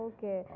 Okay